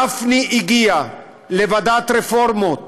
גפני הגיע לוועדת הרפורמות